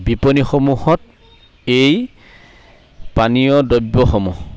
বিপণীসমূহত এই পানীয় দ্ৰব্যসমূহ